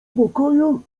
pokoju